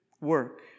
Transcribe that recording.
work